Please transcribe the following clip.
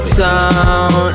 town